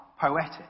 poetic